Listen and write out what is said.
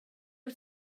wyt